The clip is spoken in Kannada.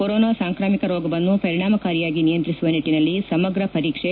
ಕೊರೋನಾ ಸಾಂಕ್ರಾಮಿಕ ರೋಗವನ್ನು ಪರಿಣಾಮಕಾರಿಯಾಗಿ ನಿಯಂತ್ರಿಸುವ ನಿಟ್ಲನಲ್ಲಿ ಸಮಗ್ರ ಪರೀಕ್ಷೆ